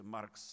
Marx